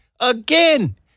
again